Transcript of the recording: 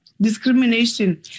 discrimination